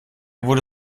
wurde